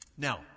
Now